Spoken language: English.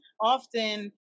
often